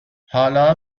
حالا